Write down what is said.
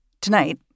Tonight